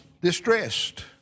distressed